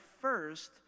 first